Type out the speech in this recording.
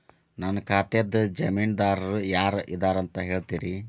ನನ್ನ ಖಾತಾದ್ದ ಜಾಮೇನದಾರು ಯಾರ ಇದಾರಂತ್ ಹೇಳ್ತೇರಿ?